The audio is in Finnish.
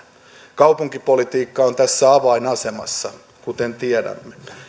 kaupunkipolitiikka on tässä avainasemassa kuten tiedämme